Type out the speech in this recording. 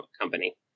company